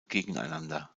gegeneinander